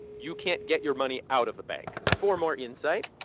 you can't get your money out of the bank. for more insight.